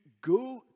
go